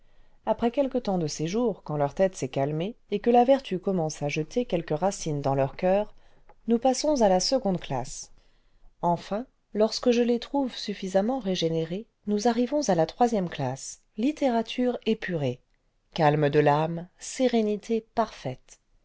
après quelque temps de séjour quand leur tête s'est calmée et que la vertu commence à jeter quelques racine s dans leur coeur nous passons à la seconde classe littérature demi épurée qui donne des sensations douces et tièdes enfin lorsque je les trouve suffisamment régénérés nous arrivons à la troisième classe littérature épurée calme de l'âme sérénité parfaite